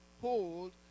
hold